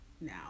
now